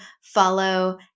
follow